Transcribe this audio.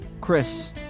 Chris